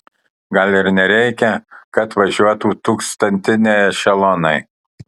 gal ir nereikia kad važiuotų tūkstantiniai ešelonai